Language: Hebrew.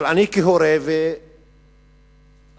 אבל אני כהורה, ורבים,